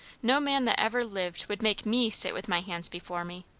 no man that ever lived would make me sit with my hands before me.